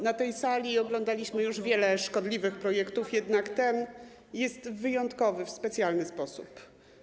Na tej sali oglądaliśmy już wiele szkodliwych projektów, jednak ten jest wyjątkowy w specjalny sposób.